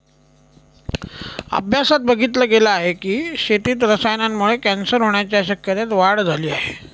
अभ्यासात बघितल गेल आहे की, शेतीत रसायनांमुळे कॅन्सर होण्याच्या शक्यतेत वाढ झाली आहे